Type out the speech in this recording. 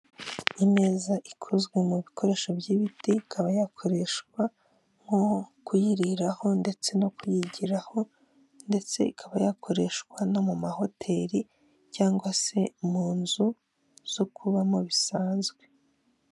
Imeza ikozwe mu bikoresho by'ibiti ikaba yakoreshwa nko kuyiriraho ndetse no kuyigiraho ndetse ikaba yakoreshwa no mu mahoteli cyangwa se mu nzu zo kubamo bisanzwe.